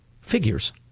figures